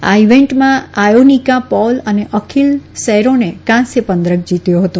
આ ઈવેન્ટમાં આયોનીકા પૌલ અને અખીલ સેરોનને કાંસ્ય પદક જીત્યો હતો